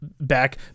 back